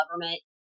Government